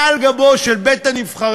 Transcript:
מעל גבו של בית-הנבחרים,